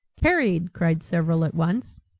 carried, cried several at once.